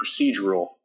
procedural